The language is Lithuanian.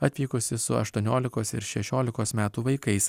atvykusi su aštuoniolikos ir šešiolikos metų vaikais